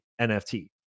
NFT